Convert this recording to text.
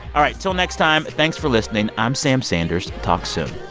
all right, till next time. thanks for listening. i'm sam sanders. talk soon